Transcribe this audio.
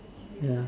ya